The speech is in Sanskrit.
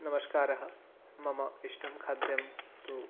नमस्कारः मम इष्टं खाद्यं तु